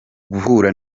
guhura